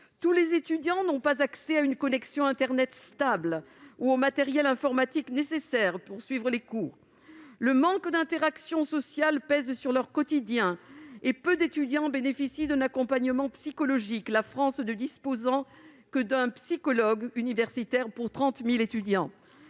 tous les étudiants n'ont pas accès à une connexion internet stable ou au matériel informatique nécessaire pour suivre les cours. Par ailleurs, le manque d'interactions sociales pèse sur leur quotidien, et peu d'étudiants bénéficient d'un accompagnement psychologique, la France ne disposant que d'un psychologue universitaire pour 30 000 étudiants.